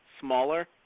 smaller